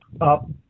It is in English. up